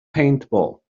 paintball